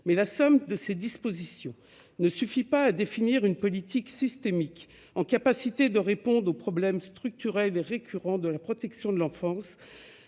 la somme de ces dispositions ne suffit pas à définir une politique systémique en capacité de répondre aux problèmes structurels et récurrents de la protection de l'enfance,